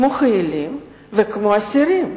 כמו חיילים וכמו אסירים.